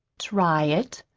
try it!